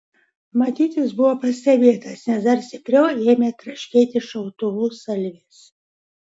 matyt jis buvo pastebėtas nes dar stipriau ėmė traškėti šautuvų salvės